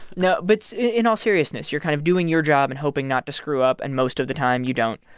no, but in all seriousness, you're kind of doing your job and hoping not to screw up, and most of the time, you don't.